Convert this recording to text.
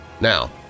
Now